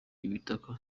ibitaka